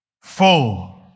full